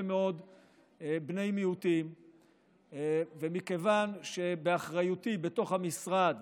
מאוד בני מיעוטים ומכיוון שבאחריותי בתוך המשרד